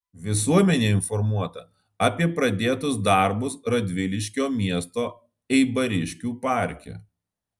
visuomenė informuota apie pradėtus darbus radviliškio miesto eibariškių parke